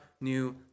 new